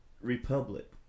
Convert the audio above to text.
Republic